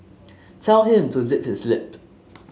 tell him to zip his lip